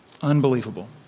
unbelievable